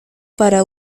para